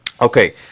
okay